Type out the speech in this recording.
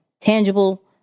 tangible